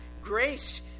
Grace